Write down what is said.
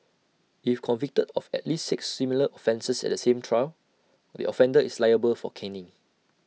if convicted of at least six similar offences at the same trial the offender is liable for caning